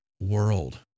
world